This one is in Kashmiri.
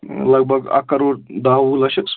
لگ بگ اَکھ کَروڑ دَہ وُہ لَچھ حظ